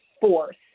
fourth